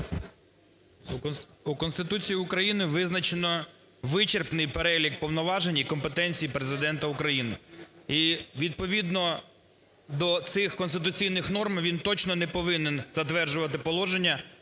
У Конституції України визначено вичерпний перелік повноважень і компетенцій Президента України. І відповідно до цих конституційних норм він точно не повинен затверджувати положення